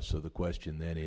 so the question th